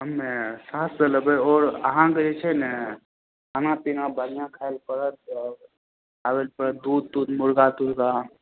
हमे सात सए लेबै आओर अहाँकेॅं जे छै ने खाना पीना बढ़िऑं खायलए पड़त आओर लाबैलए पड़त दूध तूध मुर्गा तुर्गा